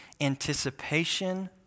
anticipation